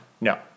no